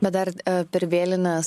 bet dar per vėlines